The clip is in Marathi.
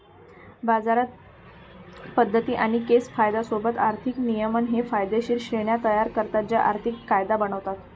बाजार पद्धती आणि केस कायदा सोबत आर्थिक नियमन हे कायदेशीर श्रेण्या तयार करतात जे आर्थिक कायदा बनवतात